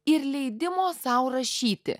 ir leidimo sau rašyti